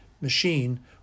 machine